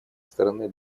стороны